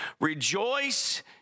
rejoice